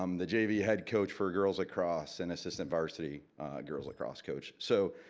um the jv head coach for girls lacrosse and assistant varsity girls lacrosse coach, so